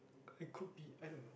it could be I don't know